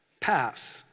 pass